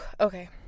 okay